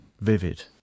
vivid